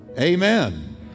Amen